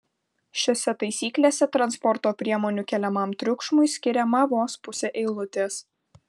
šiose taisyklėse transporto priemonių keliamam triukšmui skiriama vos pusė eilutės